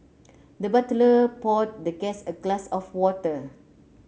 the butler poured the guest a glass of water